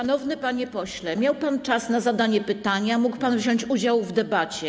Szanowny panie pośle, miał pan czas na zadanie pytania, mógł pan wziąć udział w debacie.